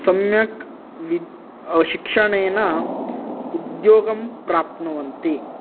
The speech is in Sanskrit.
सम्यक् विद् शिक्षणेन उद्योगं प्राप्नुवन्ति